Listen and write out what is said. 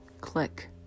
click